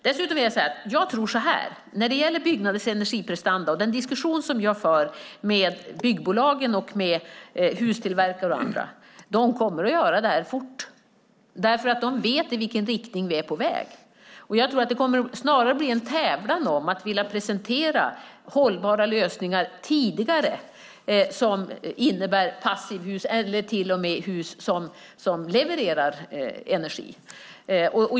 Jag för diskussioner med byggbolag, hustillverkare och andra om byggnaders energiprestanda, och jag tror att de kommer att göra detta fort därför att de vet i vilken riktning vi är på väg. Jag tror snarare att det kommer att bli en tävlan om att vilja presentera hållbara lösningar tidigare som innebär passivhus eller till och med hus som levererar energi.